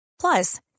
Plus